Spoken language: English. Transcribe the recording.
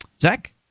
Zach